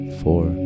four